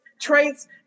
Traits